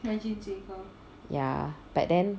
ya but then